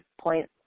point